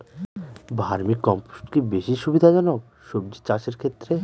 Vermi compost কি বেশী সুবিধা জনক সবজি চাষের ক্ষেত্রে?